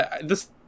this-